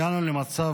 הגענו למצב,